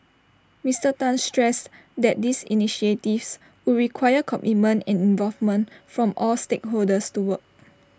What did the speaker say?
Mister Tan stressed that these initiatives would require commitment and involvement from all stakeholders to work